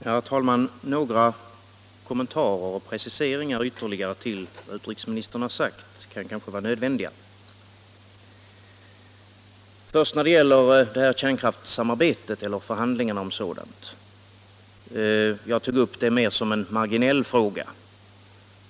Herr talman! Några kommentarer till och ytterligare preciseringar av vad utrikesministern har sagt kan kanske vara nödvändiga. Förhandingarna om kärnkraftssamarbete tog jag upp mer som en marginell fråga.